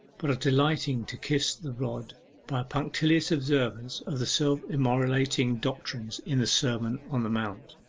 but of delighting to kiss the rod by a punctilious observance of the self-immolating doctrines in the sermon on the mount.